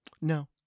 No